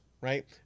right